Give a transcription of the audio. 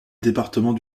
département